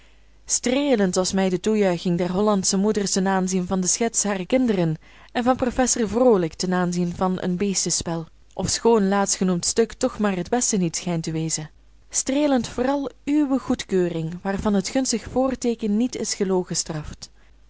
streelend was mij de toejuiching der hollandsche moeders ten aanzien van de schets harer kinderen en van prof vrolik ten opzichte van een beestenspel ofschoon laatstgenoemd stuk toch maar het beste niet schijnt te wezen streelend vooral uwe goedkeuring waarvan het gunstig voorteeken niet is